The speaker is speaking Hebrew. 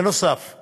נוסף על כך,